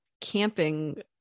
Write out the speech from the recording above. camping